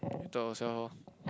to ourselves lor